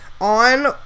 on